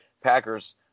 Packers